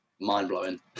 mind-blowing